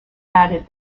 added